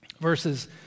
verses